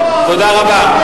תודה רבה.